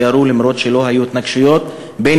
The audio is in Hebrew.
שירו אף-על-פי שלא היו התנגשויות בין